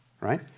right